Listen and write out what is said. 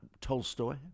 Tolstoy